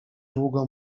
długo